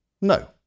No